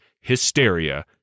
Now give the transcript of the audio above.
hysteria